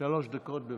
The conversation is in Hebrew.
שלוש דקות, בבקשה.